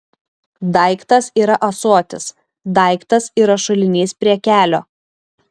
daiktas yra ąsotis daiktas yra šulinys prie kelio